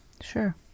Sure